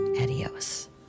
Adios